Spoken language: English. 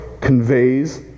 conveys